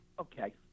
Okay